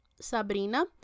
Sabrina